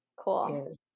Cool